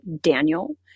Daniel